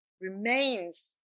remains